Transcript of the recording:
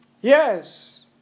Yes